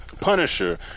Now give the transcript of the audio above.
Punisher